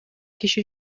киши